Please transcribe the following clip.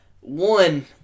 One